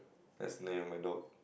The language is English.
that's the name of my dog